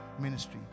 ministry